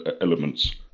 elements